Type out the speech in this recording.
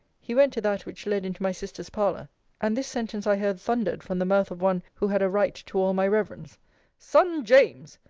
he went to that which led into my sister's parlour and this sentence i heard thundered from the mouth of one who had a right to all my reverence son james,